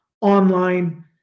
online